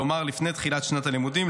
כלומר לפני תחילת שנת הלימודים,